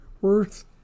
worth